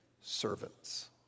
servants